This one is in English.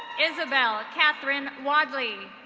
isabelle katherine wadley.